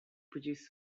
produce